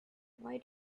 why